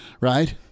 right